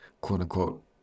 quote-unquote